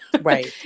right